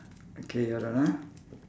okay hold on ah